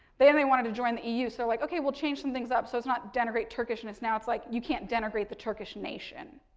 they and they wanted to join the eu. so, like okay, we'll change some things up. so, it's not denigrate turkishness now it's like you can't denigrate the turkish nation.